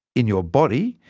in your body,